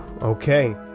Okay